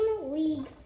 league